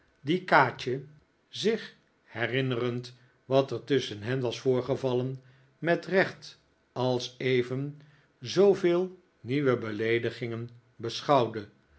kaatje zich herinnerend wat er tusschen hen was voorgevallen met recht als even zooveel nieuwe beleedigingen beschouwde